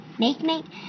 Makemake